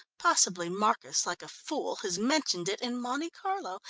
possibly marcus, like a fool, has mentioned it in monte carlo,